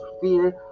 fear